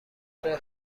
فکر